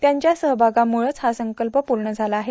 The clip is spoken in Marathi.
त्यांच्या सहभागामुळंच हा संकल्प प्रर्ण झाला आहे